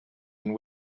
and